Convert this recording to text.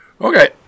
Okay